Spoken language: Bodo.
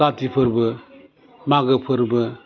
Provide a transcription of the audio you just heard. गाथि फोरबो मागो फोरबो